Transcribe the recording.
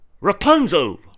Rapunzel